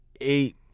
eight